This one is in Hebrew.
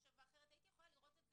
הייתי יכולה לראות זאת